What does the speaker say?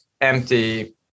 empty